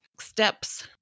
steps